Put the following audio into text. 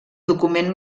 document